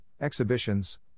exhibitions